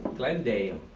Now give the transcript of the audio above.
glendale,